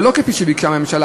ולא כפי שביקשה הממשלה,